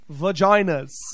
vaginas